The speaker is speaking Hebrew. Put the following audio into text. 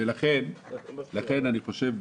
לכן אני חושב,